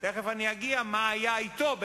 תיכף אני אגיד מה היה אתו,